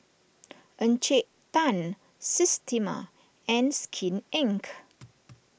Encik Tan Systema and Skin Inc